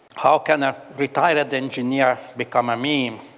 how can a retired engineer become i mean